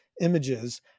images